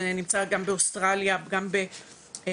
זה נמצא גם באוסטרליה וגם בהולנד.